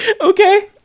Okay